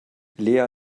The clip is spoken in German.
lea